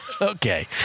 Okay